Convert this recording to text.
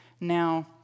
Now